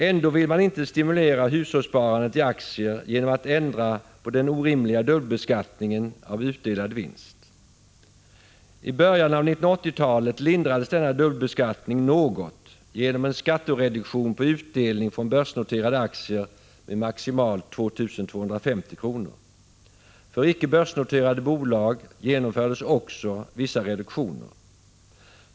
Ändå vill man inte stimulera hushållssparandet i aktier genom att ändra på den orimliga dubbelbeskattningen av utdelad vinst. I början av 1980-talet mildrades denna dubbelbeskattning något genom en skattereduktion på utdelningen från börsnoterade aktier med maximalt 2 250 kr. För icke börsnoterade bolag genomfördes också vissa reduktioner.